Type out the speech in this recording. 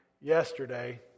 yesterday